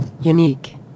unique